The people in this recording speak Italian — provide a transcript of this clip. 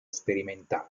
sperimentali